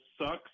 sucks